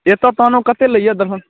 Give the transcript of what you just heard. एतऽ तहनो कतेक लैए दरभङ्गा